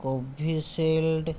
Covishield